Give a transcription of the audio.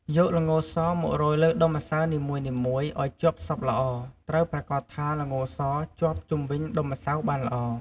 យក ល្ងស មករោយលើដុំម្សៅនីមួយៗ ឱ្យជាប់សប់ល្អ ត្រូវប្រាកដថាល្ងសជាប់ជុំវិញដុំម្សៅបានល្អ។